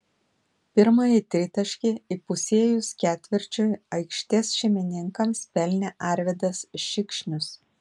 pirmąjį tritaškį įpusėjus ketvirčiui aikštės šeimininkams pelnė arvydas šikšnius